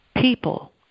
people